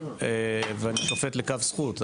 ואני שופט לכף זכות,